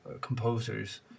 composers